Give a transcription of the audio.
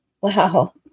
wow